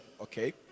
okay